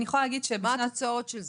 מה התוצאות של זה?